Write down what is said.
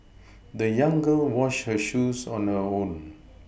the young girl washed her shoes on her own